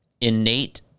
innate